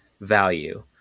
value